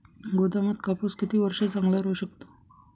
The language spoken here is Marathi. गोदामात कापूस किती वर्ष चांगला राहू शकतो?